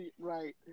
Right